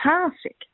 fantastic